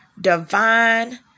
divine